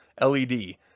led